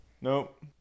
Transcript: Nope